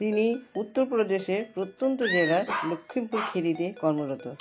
তিনি উত্তরপ্রদেশের প্রত্যন্ত জেলায় লক্ষীমপুর খেরিতে কর্মরত